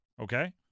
okay